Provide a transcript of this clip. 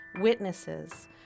witnesses